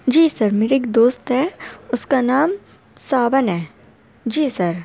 جی sir میرا ایک دوست ہے اس کا نام ساون ہے جی سر